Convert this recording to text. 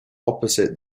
opposite